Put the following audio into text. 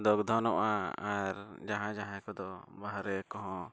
ᱫᱚᱜᱽᱫᱷᱚᱱᱚᱜᱼᱟ ᱟᱨ ᱡᱟᱦᱟᱸᱭᱼᱡᱟᱦᱟᱸᱭ ᱠᱚᱫᱚ ᱵᱟᱦᱨᱮ ᱠᱚᱦᱚᱸ